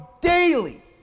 daily